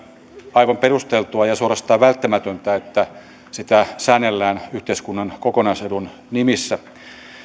aivan perusteltua ja suorastaan välttämätöntä että sitä säännellään yhteiskunnan kokonaisedun nimissä